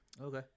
okay